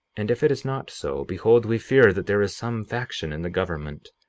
and if it is not so, behold, we fear that there is some faction in the government,